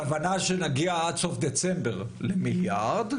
הכוונה שנגיע עד סוף דצמבר למיליארד,